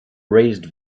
raised